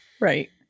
Right